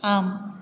आम्